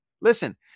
Listen